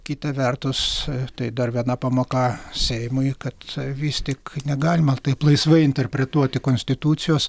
kita vertus tai dar viena pamoka seimui kad vis tik negalima taip laisvai interpretuoti konstitucijos